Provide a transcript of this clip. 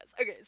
Okay